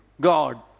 God